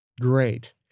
Great